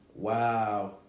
Wow